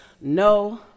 no